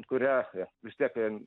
kurią vis tiek